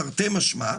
תרתי משמע,